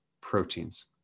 proteins